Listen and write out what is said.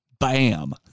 BAM